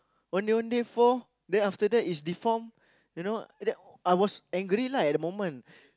Ondeh-Ondeh four then after that it's deformed you know then I was angry lah at the moment